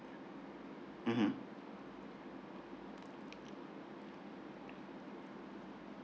mmhmm